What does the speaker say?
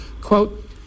Quote